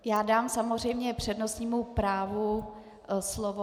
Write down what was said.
Já dám samozřejmě přednostnímu právu slovo.